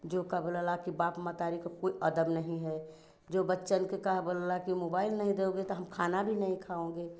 जो कि बोला ला कि बाप महतारी का कोई अदब नहीं है जो बच्चन के का बोला ला कि मुबाइल नहीं दोगे तो हम खाना भी नहीं खाएंगे